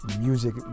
music